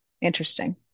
interesting